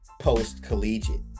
post-collegiate